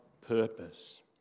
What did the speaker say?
purpose